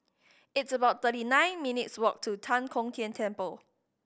it's about thirty nine minutes' walk to Tan Kong Tian Temple